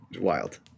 wild